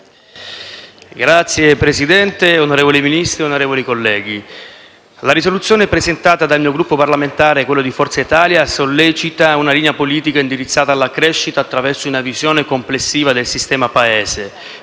Signor Presidente, onorevole Ministro, onorevoli colleghi, la risoluzione presentata dal mio Gruppo parlamentare, Forza Italia-Berlusconi Presidente, sollecita una linea politica indirizzata alla crescita attraverso una visione complessiva del sistema Paese